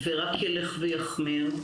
וזה רק ילך ויחמיר.